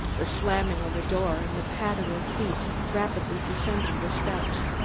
the slamming of a door and the patter of feet rapidly descending the steps.